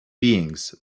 beings